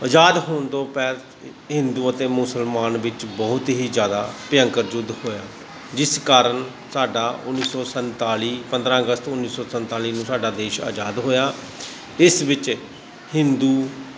ਆਜ਼ਾਦ ਹੋਣ ਤੋਂ ਪਹਿਲਾਂ ਹਿੰਦੂ ਅਤੇ ਮੁਸਲਮਾਨ ਵਿੱਚ ਬਹੁਤ ਹੀ ਜ਼ਿਆਦਾ ਭਿਅੰਕਰ ਯੁੱਧ ਹੋਇਆ ਜਿਸ ਕਾਰਨ ਸਾਡਾ ਉੱਨੀ ਸੌ ਸੰਤਾਲੀ ਪੰਦਰਾਂ ਅਗਸਤ ਉੱਨੀ ਸੌ ਸੰਤਾਲੀ ਨੂੰ ਸਾਡਾ ਦੇਸ਼ ਆਜ਼ਾਦ ਹੋਇਆ ਇਸ ਵਿੱਚ ਹਿੰਦੂ